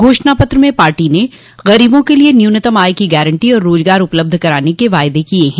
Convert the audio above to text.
घोषणा पत्र में पार्टी ने गरीबों के लिए न्यूनतम आय की गारंटी और रोजगार उपलब्ध कराने के वायदे किए हैं